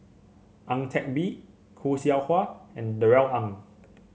Ang Teck Bee Khoo Seow Hwa and Darrell Ang